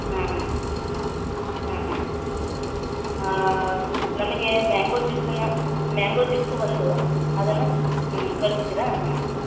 ಹ್ಞ್ ಹ್ಞ್ ಹ್ಞ್ ಹ್ಞ್ ನನಗೆ ಮ್ಯಾಂಗೋ ಜ್ಯೂಸನ್ನು ಮ್ಯಾಂಗೋ ಜ್ಯೂಸ್ ಒಂದು ಅದನ್ನು ಕಳಿಸ್ತೀರಾ ಹ್ಞ್ ಹ್ಞ್